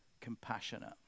compassionate